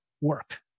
work